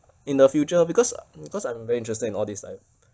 in the future because because I'm very interested in all these uh